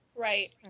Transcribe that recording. Right